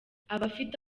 abafite